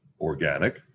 organic